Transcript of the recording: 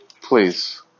please